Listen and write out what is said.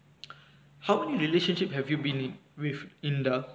how many relationship have you been with in ah